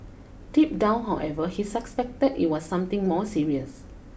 deep down however he suspected it was something more serious